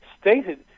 stated